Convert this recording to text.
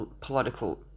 political